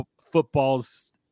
footballs